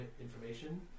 information